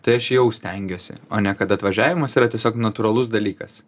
tai aš jau stengiuosi o ne kad atvažiavimas yra tiesiog natūralus dalykas